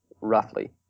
roughly